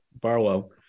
Barlow